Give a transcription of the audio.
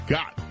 Got